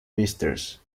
mrs